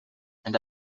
and